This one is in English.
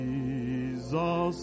Jesus